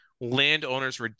landowners